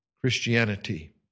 Christianity